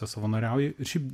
savanoriauji ir šiaip